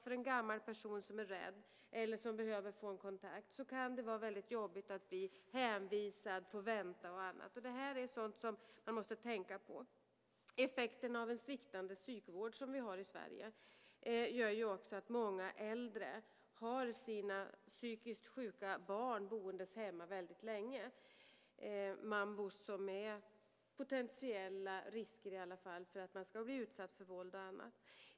För en gammal person som är rädd eller som behöver få en kontakt kan det vara väldigt jobbigt att bli hänvisad, att få vänta och så vidare. Det här är sådant som man måste tänka på. Effekterna av en sviktande psykvård i Sverige gör också att många äldre har sina psykiskt sjuka barn boende hemma väldigt länge. Det är mambor som är potentiella risker för att man ska bli utsatt för våld och annat.